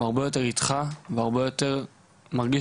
הוא הרבה יותר איתך והרבה יותר מרגיש